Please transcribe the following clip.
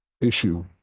issue